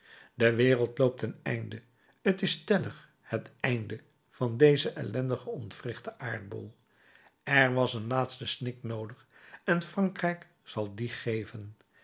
de wereld loopt ten einde t is stellig het einde van dezen ellendigen ontwrichten aardbol er was een laatsten snik noodig en frankrijk zal dien geven